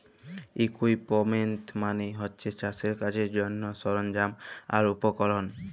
equipment মালে হছে চাষের কাজের জ্যনহে সরল্জাম আর উপকরল